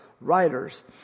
writers